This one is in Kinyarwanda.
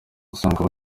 usanga